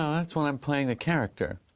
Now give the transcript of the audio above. um that's when i'm playing a character.